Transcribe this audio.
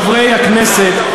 חברי הכנסת,